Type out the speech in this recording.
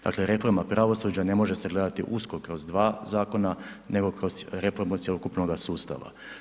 Dakle, reforma pravosuđa ne može se gledati usko kroz 2 zakona nego kroz reformu cjelokupnoga sustava.